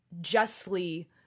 justly